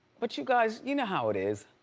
but you guys, you know how it is.